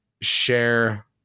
share